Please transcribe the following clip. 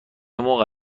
موقع